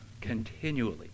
continually